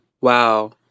wow